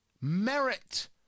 Merit